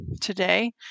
Today